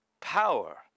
Power